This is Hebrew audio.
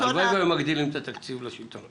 הלוואי והיו מגדילים את התקציב לשלטון המקומי.